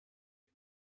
him